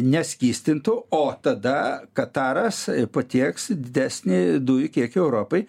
neskystintų o tada kataras patieks didesnį dujų kiekį europai